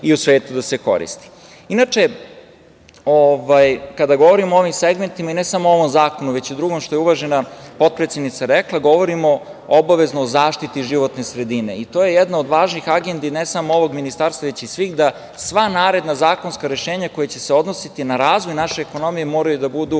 i u svetu da se koristi. Inače, kada govorim o ovim segmentima i ne samo o ovom zakonu, već i o drugom, što je uvažena potpredsednica rekla, govorimo o obaveznoj zaštiti životne sredine. To je jedna od važnih agendi, ne samo ovog ministarstva, već i svih da sva naredna zakonska rešenja koja će se odnositi na razvoj naše ekonomije moraju da budu